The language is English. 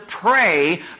pray